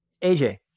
AJ